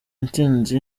intsinzi